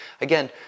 again